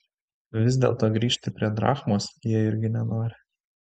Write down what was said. vis dėlto grįžti prie drachmos jie irgi nenori